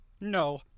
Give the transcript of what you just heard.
No